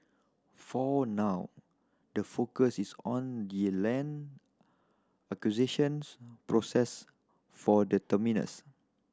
for now the focus is on the land acquisitions process for the terminus